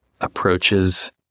approaches